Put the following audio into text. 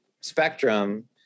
spectrum